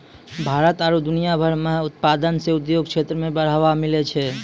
भारत आरु दुनिया भर मह उत्पादन से उद्योग क्षेत्र मे बढ़ावा मिलै छै